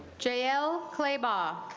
cheo kleber